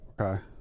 okay